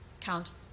count